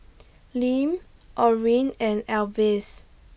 Lim Orrin and Elvis